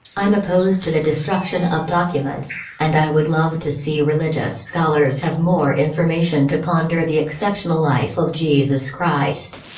i'm opposed to the destruction of documents, and i would love to see religious scholars have more information to ponder the exceptional life of jesus christ.